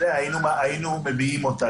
היינו מביעים אותה.